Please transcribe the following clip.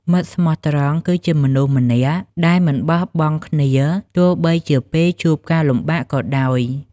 មិត្តស្មោះត្រង់គឺជាមនុស្សម្នាក់ដែលមិនបោះបង់គ្នា ទោះបីជាពេលជួបការលំបាកក៏ដោយ។